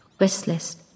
restless